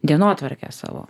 dienotvarkę savo